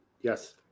Yes